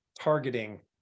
targeting